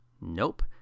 Nope